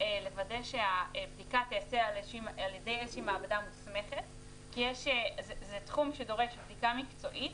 לוודא שהבדיקה תעשה על-ידי מעבדה מוסמכת כי זה תחום שדורש ידע מקצועי